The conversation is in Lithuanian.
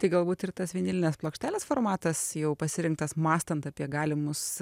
tai galbūt ir tas vinilinės plokštelės formatas jau pasirinktas mąstant apie galimus